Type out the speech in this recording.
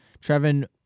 Trevin